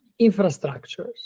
infrastructures